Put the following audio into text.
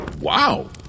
Wow